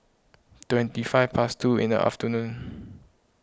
twenty five past two in the afternoon